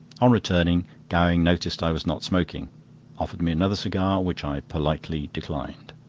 on returning gowing noticed i was not smoking offered me another cigar, which i politely declined.